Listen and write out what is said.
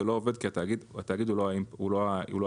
זה לא עובד כי התאגיד הוא לא ה"אישיו".